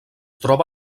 troba